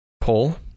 Pull